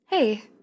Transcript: Hey